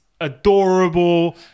adorable